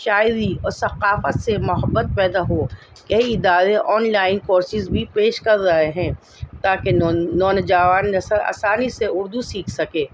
شاعری اور ثقافت سے محبت پیدا ہو یہی ادارے آن لائن کورسز بھی پیش کر رہے ہیں تاکہ نوجوان نسل آسانی سے اردو سیکھ سکے